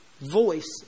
voice